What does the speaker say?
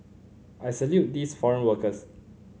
I salute these foreign workers